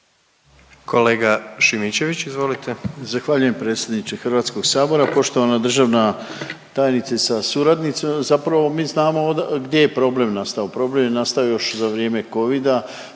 **Šimičević, Rade (HDZ)** Zahvaljujem predsjedniče Hrvatskog sabora. Poštovana državna tajnice sa suradnicom, zapravo mi znamo gdje je problem nastao. Problem je nastao još za vrijeme Covida,